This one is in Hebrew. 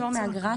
פטור מאגרה.